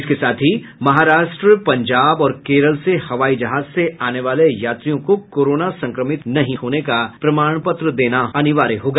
इसके साथ महाराष्ट्र पंजाब और केरल से हवाई जहाज से आने वाले यात्रियों को कोरोना संक्रमित नहीं होने का प्रमाण पत्र देना होगा